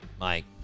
Mike